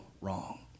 wrong